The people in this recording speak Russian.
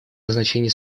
назначение